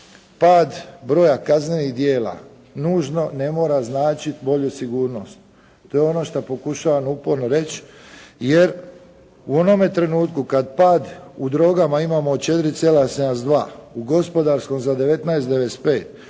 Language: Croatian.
pad broja kaznenih, nužno ne mora značiti bolju sigurnost. To je ono što pokušavam uporno reći jer u onome trenutku kada pad u drogama imamo 4,72 u gospodarskom za 19,95,